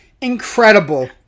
Incredible